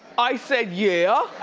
i said, yeah.